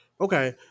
Okay